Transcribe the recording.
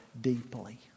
deeply